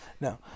No